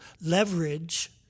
leverage